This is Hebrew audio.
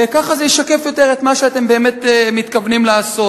ככה זה ישקף יותר את מה שאתם באמת מתכוונים לעשות.